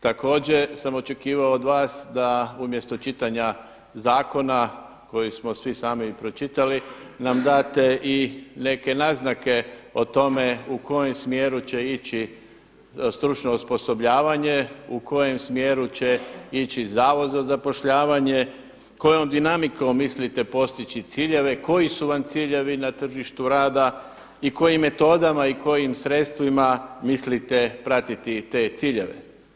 Također sam očekivao od vas da umjesto čitanja zakona koji smo svi sami pročitali nam date i neke naznake o tome u kojem smjeru će ići stručno osposobljavanje, u kojem smjeru će ići Zavod za zapošljavanje, kojom dinamikom mislite postići ciljeve, koji su vam ciljevi na tržištu rada i kojim metodama i kojim sredstvima mislite pratiti te ciljeve.